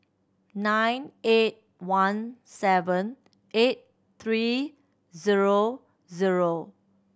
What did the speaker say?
nine eight one seven eight three zero zero